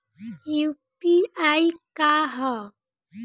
UPI का ह?